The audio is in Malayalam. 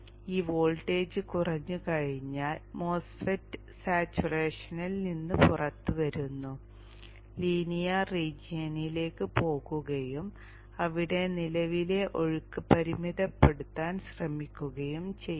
ഈ വോൾട്ടേജ് കുറഞ്ഞു കഴിഞ്ഞാൽ MOSFET സാച്ചുറേഷനിൽ നിന്ന് പുറത്തുവരുന്നു ലീനിയർ റീജിയനിലേക്ക് പോകുകയും ഇവിടെ നിലവിലെ ഒഴുക്ക് പരിമിതപ്പെടുത്താൻ ശ്രമിക്കുകയും ചെയ്യുന്നു